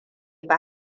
ba